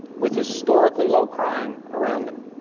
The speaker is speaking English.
with historically low crime around them.